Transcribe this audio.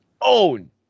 own